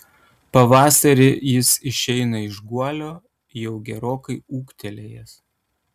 pavasarį jis išeina iš guolio jau gerokai ūgtelėjęs